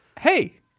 hey